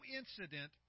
incident